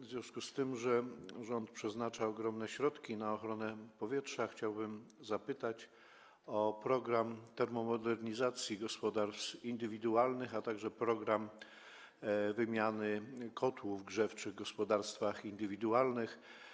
W związku z tym, że rząd przeznacza ogromne środki na ochronę powietrza, chciałbym zapytać o program termomodernizacji gospodarstw indywidualnych, a także program wymiany kotłów grzewczych w gospodarstwach indywidualnych.